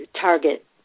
target